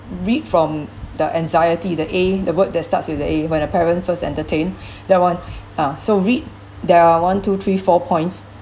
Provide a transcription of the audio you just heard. read from the anxiety the a the word that starts with a a when a parent first entertain that one uh so read there are one two three four points